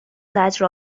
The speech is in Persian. زجر